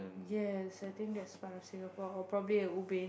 yes I think that's part of Singapore or probably at ubin